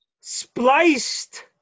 spliced